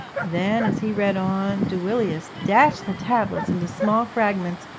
then, as he read on, duilius dashed the tablets into small fragments,